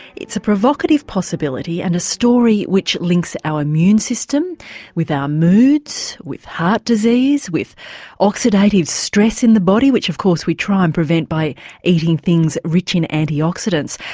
it's a provocative possibility and a story which links our immune system with our moods, with heart disease, with oxidative stress in the body which of course we try to and prevent by eating things rich in antioxidants.